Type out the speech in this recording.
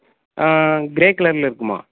grey கலரில் இருக்குமா